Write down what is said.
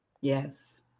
Yes